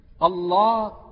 Allah